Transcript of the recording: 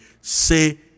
say